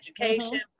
education